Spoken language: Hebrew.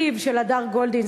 אחיו של הדר גולדין,